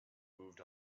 moved